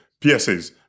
PSAs